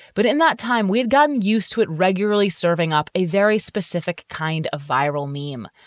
but in that time, we'd gotten used to it regularly, serving up a very specific kind of viral meme,